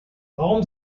warum